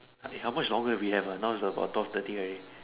I mean how much longer do we have ah now is about twelve thirty already